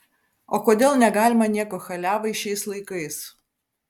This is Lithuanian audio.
o kodėl negalima nieko chaliavai šiais laikais